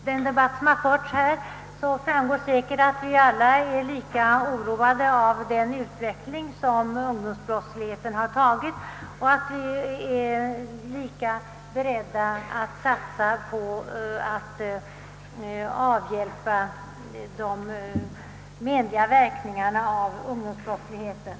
Herr talman! Av denna debatt framgår säkert att vi alla är lika oroade över den utveckling som ungdomsbrottsligheten tagit och att vi alla är lika beredda att satsa på att eliminera verkningarna av ungdomsbrottsligheten.